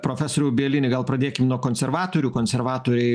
profesoriau bielini gal pradėkim nuo konservatorių konservatoriai